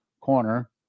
corner